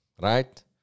right